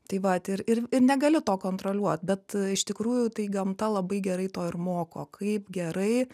tai vat ir ir ir negali to kontroliuot bet iš tikrųjų tai gamta labai gerai to ir moko kaip gerai